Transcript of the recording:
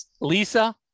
Lisa